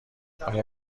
آیا